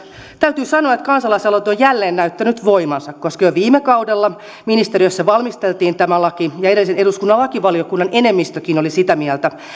täytyy sanoa että kansalaisaloite on jälleen näyttänyt voimansa koska jo viime kaudella ministeriössä valmisteltiin tämä laki ja edellisen eduskunnan lakivaliokunnan enemmistökin oli sitä mieltä